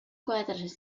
quatre